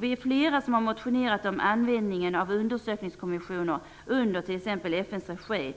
Vi är flera som motionerat om att användningen av undersökningskommissioner under t.ex. FN:s regi